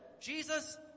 Jesus